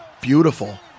Beautiful